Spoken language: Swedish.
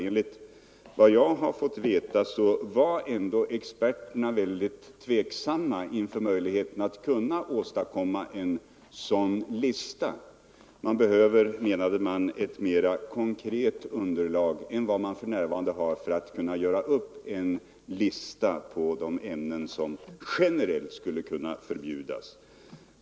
Enligt vad jag har fått veta var experterna mycket tveksamma när det gällde möjligheterna att åstadkomma en sådan lista. Det behövdes, menade de, ett mer konkret underlag än vi för närvarande har för att kunna göra upp en lista över de ämnen som generellt skulle Nr 124 kunna förbjudas.